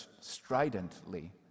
stridently